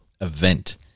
event